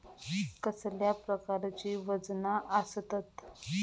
कसल्या प्रकारची वजना आसतत?